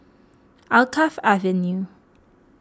Alkaff Avenue